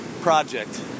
project